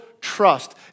trust